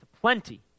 plenty